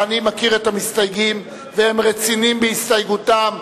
אני מכיר את המסתייגים והם רציניים בהסתייגותם,